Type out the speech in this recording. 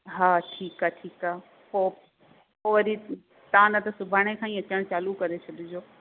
हा ठीकु आहे ठीकु आहे पोइ पोइ वरी तव्हां न त सुभाणे खां ई अचणु चालू करे छॾिजो